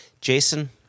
Jason